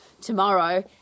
tomorrow